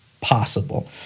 possible